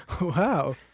Wow